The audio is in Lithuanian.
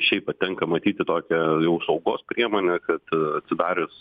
šiaip patenka matyt į tokią jau saugos priemonę kad atsidarius